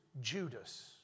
Judas